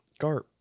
Garp